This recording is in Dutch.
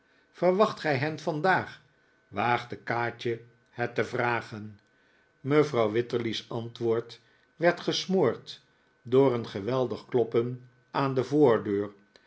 verwacht gij hen vandaag waagde kaatje het te vragen mevrouw wititterly's antwoord werd gesmoord door een geweldig kloppen aan de voordeur